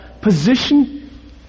position